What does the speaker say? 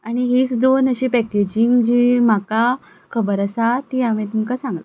आनी हीं दोन अशी पॅकेजींग जीं म्हाका खबर आसा तीं हांवें तुमकां सांगलें